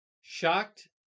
Shocked